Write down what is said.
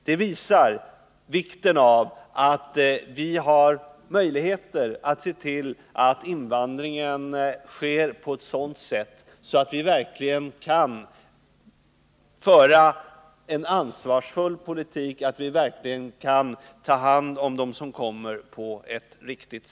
Det visar vikten av att vi har möjligheter att se till att invandringen sker på ett sådant sätt att vi verkligen kan föra en ansvarsfull politik och att vi verkligen kan på ett riktigt sätt ta hand om dem som kommer hit.